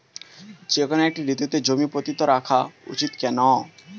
যেকোনো একটি ঋতুতে জমি পতিত রাখা উচিৎ কেন?